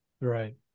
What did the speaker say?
Right